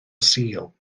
sul